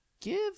give